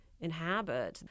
inhabit